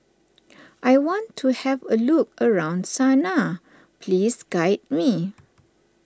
I want to have a look around Sanaa please guide me